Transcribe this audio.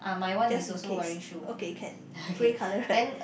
just in case okay can grey colour right